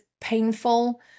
painful